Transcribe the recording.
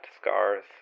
scars